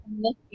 look